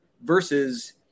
versus